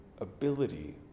ability